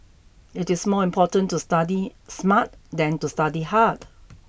it is more important to study smart than to study hard